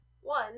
one